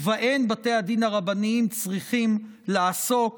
ובהן בתי הדין הרבניים צריכים לעסוק